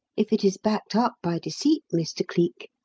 if it is backed up by deceit, mr. cleek.